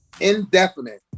indefinite